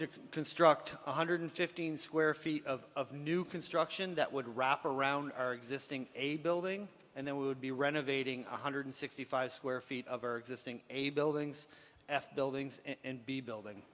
to construct one hundred fifteen square feet of new construction that would wrap around our existing a building and then we would be renovating one hundred sixty five square feet of our existing a building's f buildings and b building